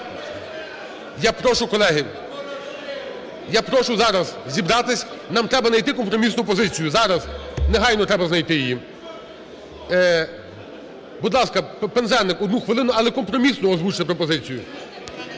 Я прошу, колеги, я прошу зараз зібратися, нам треба найти компромісну позицію, зараз негайно треба знайти її. Будь ласка, Пинзеник, одну хвилину, але компромісну озвучте пропозицію.